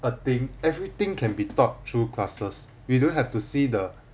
a thing everything can be taught through classes we don't have to see the